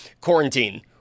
quarantine